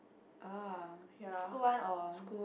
ah is school one or